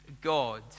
God